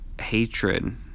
hatred